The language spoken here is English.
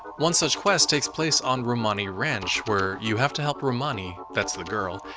one such quest takes place on romani ranch, where you have to help romani that's the girl,